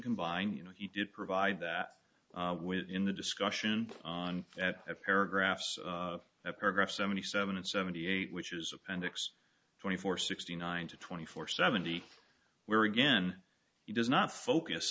combine you know he did provide that in the discussion at paragraphs at paragraph seventy seven and seventy eight which is appendix twenty four sixty nine to twenty four seventy where again he does not focus